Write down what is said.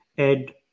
add